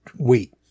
Wait